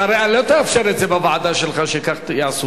אתה הרי לא תאפשר את זה בוועדה שלך, שכך יעשו.